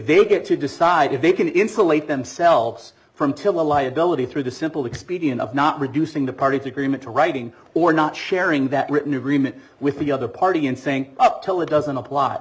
they get to decide if they can insulate themselves from to liability through the simple expedient of not reducing the parties agreement to writing or not sharing that written agreement with the other party and saying up till it doesn't apply